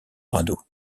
radeau